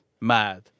mad